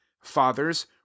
fathers